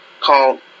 called